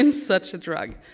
um such a drug.